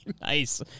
nice